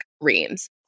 Reams